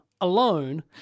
alone